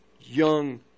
young